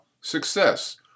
Success